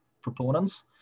proponents